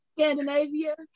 Scandinavia